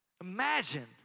Imagine